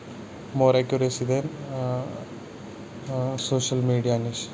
مور accuracy دِنۍ social media نِش